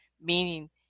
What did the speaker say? meaning